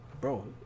Bro